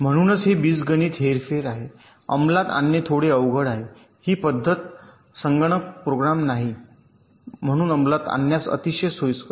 म्हणूनच हे बीजगणित हेरफेर आहे अंमलात आणणे थोडे अवघड आहे ही पद्धत नाही संगणक प्रोग्राम म्हणून अंमलात आणण्यास अतिशय सोयीस्कर